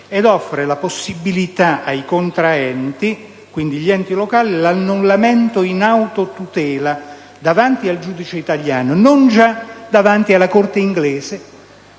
offrendo la possibilità ai contraenti (gli enti locali) dell'annullamento in autotutela davanti al giudice italiano, non già alle Corti inglesi